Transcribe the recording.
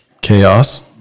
chaos